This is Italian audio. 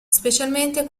specialmente